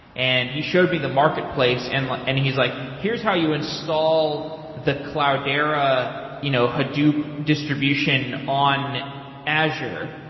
and he showed me the marketplace and and he's like, here's how you install the cloudera you know hadoop distribution on azure.